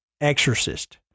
exorcist